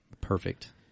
Perfect